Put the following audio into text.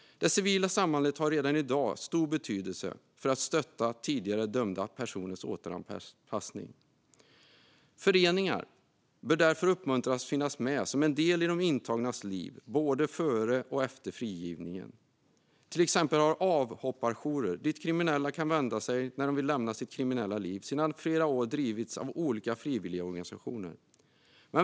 Det civila samhället har redan i dag stor betydelse för att stötta tidigare dömda personers återanpassning. Föreningar bör därför uppmuntras att finnas med som en del i de intagnas liv både före och efter frigivningen. Till exempel har avhopparjourer, dit kriminella kan vända sig när de vill lämna sitt kriminella liv, sedan flera år drivits av olika frivilligorganisationer.